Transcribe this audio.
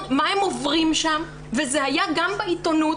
מה הם עוברים שם וזה היה גם בעיתונות.